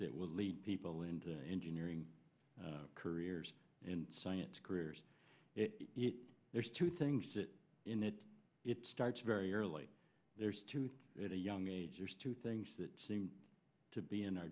that will lead people into engineering careers in science careers there's two things in it it starts very early there's two with it a young age there's two things that seem to be in our